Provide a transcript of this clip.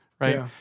Right